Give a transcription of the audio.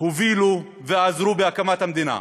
הובילו ועזרו בהקמת המדינה.